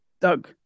Doug